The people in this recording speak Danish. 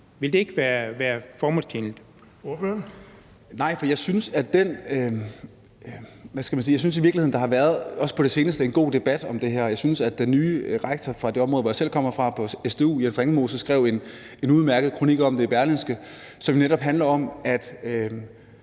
Kl. 12:03 Bjørn Brandenborg (S): Nej, for jeg synes i virkeligheden, der har været – også på det seneste – en god debat om det her. Jeg synes, at den nye rektor fra det område, jeg selv kommer fra, på SDU, Jens Ringsmose, skrev en udmærket kronik om det i Berlingske, som netop handler om, at